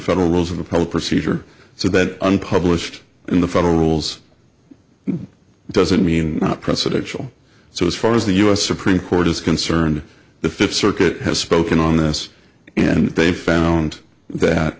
federal rules of the public procedure so that unpublished in the federal rules doesn't mean not presidential so as far as the u s supreme court is concerned the fifth circuit has spoken on this and they found that